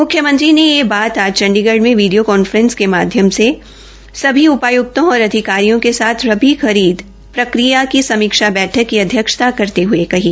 म्ख्यमंत्री ने यह बात आज चंडीगढ़ में वीडियो कॉन्फ्रेंसिंग के माध्यम से सभी उपाय्क्तों और अधिकारियों के साथ रबी खरीद प्रक्रिया की समीक्षा बैठक की अध्यक्षता करते हए कही